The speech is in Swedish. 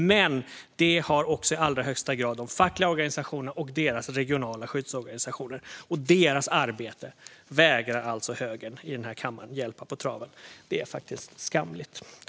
Men det har också i allra högsta grad de fackliga organisationerna och deras regionala skyddsorganisationer. När det gäller deras arbete vägrar alltså högern i denna kammare att hjälpa dem på traven. Det är faktiskt skamligt.